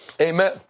amen